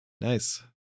Nice